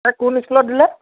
তাইক কোন ইস্কুলত দিলে